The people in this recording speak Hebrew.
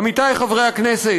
עמיתיי חברי הכנסת,